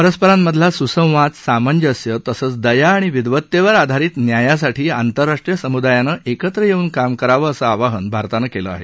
परस्परांमधला सुसंवाद सामंजस्य तसंच दया आणि विद्वत्तेवर आधारित न्यायासाठी आंतरराष्ट्रीय समुदायानं एकत्र येऊन काम करावं असं आवाहन भारतानं केलं आहे